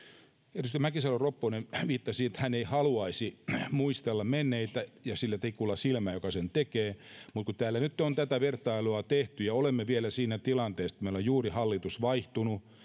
edustaja mäkisalo ropponen viittasi siihen että hän ei haluaisi muistella menneitä ja sitä tikulla silmään joka sen tekee mutta kun täällä nyt on tätä vertailua tehty ja olemme vielä siinä tilanteessa että meillä on juuri hallitus vaihtunut